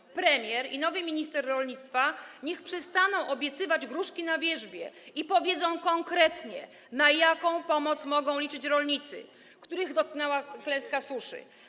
Niech premier i nowy minister rolnictwa przestaną obiecywać gruszki na wierzbie i powiedzą konkretnie, na jaką pomoc mogą liczyć rolnicy, których dotknęła klęska suszy.